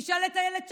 תשאל את אילת שקד,